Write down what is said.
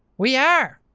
we are.